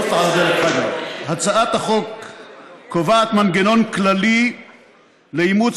הצעת החוק קובעת מנגנון כללי לאימוץ